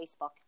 Facebook